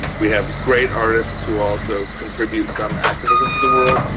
we have great artists who also contribute some activism to the world,